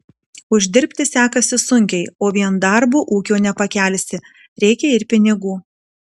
uždirbti sekasi sunkiai o vien darbu ūkio nepakelsi reikia ir pinigų